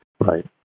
Right